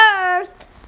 earth